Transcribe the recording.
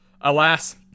alas